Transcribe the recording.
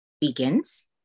begins